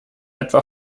etwa